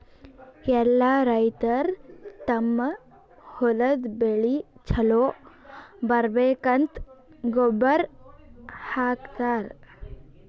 ಎಲ್ಲಾ ರೈತರ್ ತಮ್ಮ್ ಹೊಲದ್ ಬೆಳಿ ಛಲೋ ಬರ್ಬೇಕಂತ್ ಗೊಬ್ಬರ್ ಹಾಕತರ್